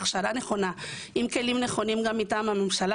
ההכשרה הנכונה עם כלים נכונים מטעם הממשלה